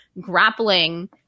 grappling